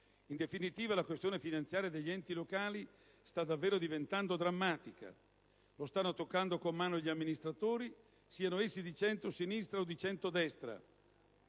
In definitiva, la questione finanziaria degli enti locali sta davvero diventando drammatica. Lo stanno toccando con mano gli amministratori, siano essi di centrosinistra o di centrodestra,